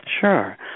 Sure